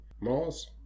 Mars